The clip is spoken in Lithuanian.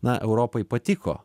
na europai patiko